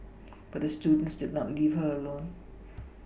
but her students did not leave her alone